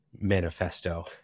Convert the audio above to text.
manifesto